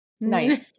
Nice